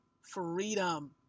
freedom